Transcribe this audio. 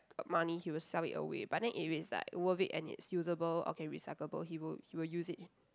money he will sell it away but then if it's like worth it and it's usable or can recyclable he will he will use it